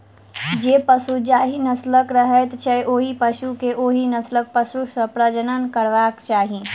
जे पशु जाहि नस्लक रहैत छै, ओहि पशु के ओहि नस्लक पशु सॅ प्रजनन करयबाक चाही